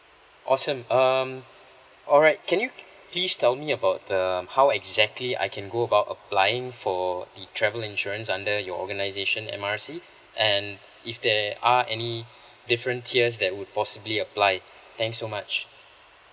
awesome um alright can you please tell me about um how exactly I can go about applying for the travel insurance under your organisation M R C and if there are any different tiers that would possibly applied thanks so much